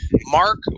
Mark